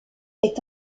est